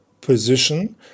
position